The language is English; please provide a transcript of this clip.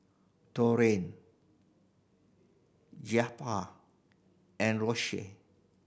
Torrie Jeptha and Rosia